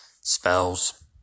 Spells